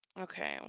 Okay